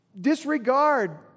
Disregard